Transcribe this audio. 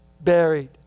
buried